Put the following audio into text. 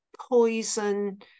poison